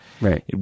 right